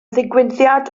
ddigwyddiad